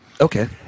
okay